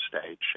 stage